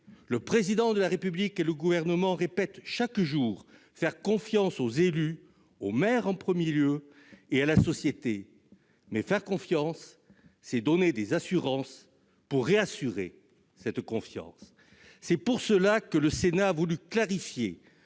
Le Président de la République et le Gouvernement répètent quotidiennement qu'ils font confiance aux élus, aux maires en premier lieu, et à la société, mais faire confiance, c'est donner des garanties pour réassurer cette confiance. C'est pour cette raison que le Sénat a voulu clarifier